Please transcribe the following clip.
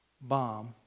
bomb